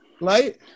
right